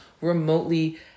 remotely